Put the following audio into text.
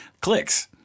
clicks